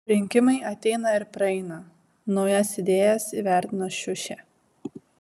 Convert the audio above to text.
rinkimai ateina ir praeina naujas idėjas įvertino šiušė